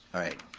alright.